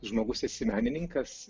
žmogus esi menininkas